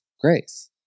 grace